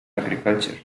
agriculture